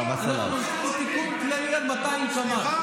תהילים ליום חמישי.